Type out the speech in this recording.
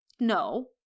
No